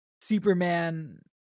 Superman